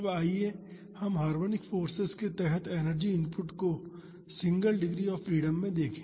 अब आइए हम हार्मोनिक फाॅर्स के तहत एनर्जी इनपुट को सिंगल डिग्री ऑफ़ फ्रीडम में देखें